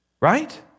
right